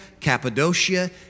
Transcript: Cappadocia